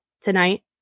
tonight